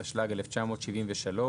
התשל"ג-1973,